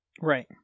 Right